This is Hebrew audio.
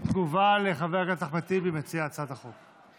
תגובה של חבר הכנסת טיבי, מציע הצעת החוק.